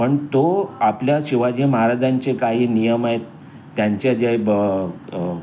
पण तो आपल्या शिवाजी महाराजांचे काही नियम आहेत त्यांच्या जे ब